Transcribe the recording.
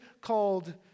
called